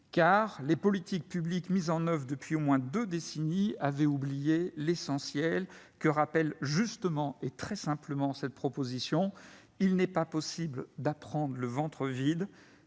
les politiques publiques mises en oeuvre depuis au moins deux décennies avaient oublié l'essentiel, que rappelle justement et très simplement cette proposition de résolution : il n'est pas possible d'apprendre le ventre vide,